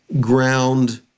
ground